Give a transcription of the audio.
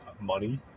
money